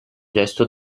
gesto